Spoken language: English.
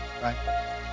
Right